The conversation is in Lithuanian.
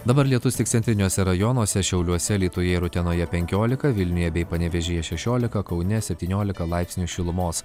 dabar lietus tik centriniuose rajonuose šiauliuose alytuje ir utenoje penkiolika vilniuje bei panevėžyje šešiolika kaune septyniolika laipsnių šilumos